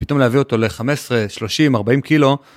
פתאום להביא אותו ל-15, 30, 40 קילו.